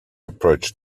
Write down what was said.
approach